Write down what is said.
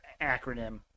acronym